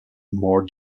more